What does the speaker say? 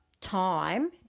time